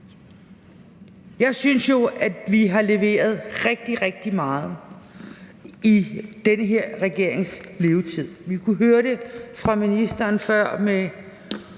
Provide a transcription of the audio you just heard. jo synes at vi har leveret rigtig, rigtig meget i den her regerings levetid. Vi kunne høre det fra ministeren før i